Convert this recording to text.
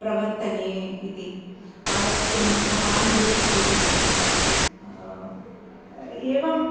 प्रवर्तते इति आलस्यं महान् रिपुः इति एवम्